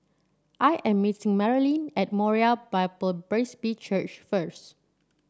I am meeting Marolyn at Moriah Bible Presby Church first